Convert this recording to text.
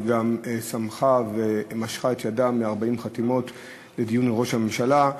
היא גם סמכה ומשכה את ידה מדיון של 40 חתימות עם ראש הממשלה,